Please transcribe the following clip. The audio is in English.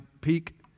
peak